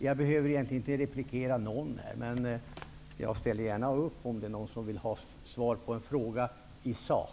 Jag behöver egentligen inte replikera någon här. Men jag ställer gärna upp om någon vill ha svar på en fråga i sak.